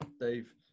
Dave